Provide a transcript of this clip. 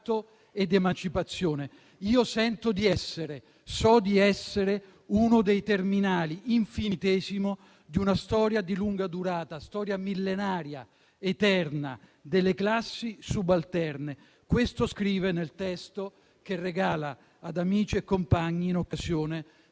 ed emancipazione. «Io sento di essere, so di essere, uno dei terminali, infinitesimo, di una storia di lunga durata, storia millenaria, eterna, delle classi subalterne». Questo scrive nel testo che regala ad amici e compagni in occasione